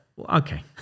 Okay